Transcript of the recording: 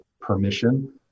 permission